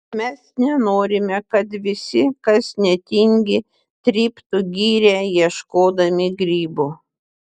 mes nenorime kad visi kas netingi tryptų girią ieškodami grybų